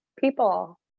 people